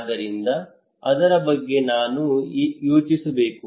ಹಾಗಾದರೆ ಅದರ ಬಗ್ಗೆ ಏನು ಯೋಚಿಸಬೇಕು